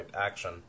action